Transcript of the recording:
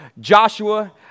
Joshua